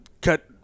cut